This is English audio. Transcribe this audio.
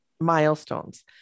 milestones